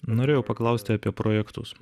norėjau paklausti apie projektus